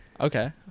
Okay